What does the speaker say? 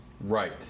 right